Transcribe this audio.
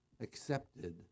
accepted